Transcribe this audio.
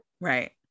Right